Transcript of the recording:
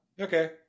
Okay